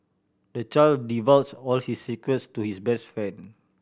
the child divulged all his secrets to his best friend